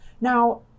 Now